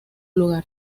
lugar